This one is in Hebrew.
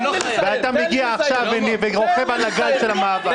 ואתה מגיע עכשיו ורוכב על הגל של המאבק.